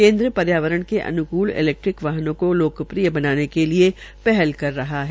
केन्द्र पर्यावरण के अन्कुल इलैक्ट्रोनिक वाहनों को लोकप्रिय बनाने के लिये पहल कर रहा है